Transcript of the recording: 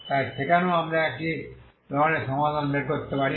তাই সেখানেও আমরা একই ধরনের সমাধান বের করতে পারি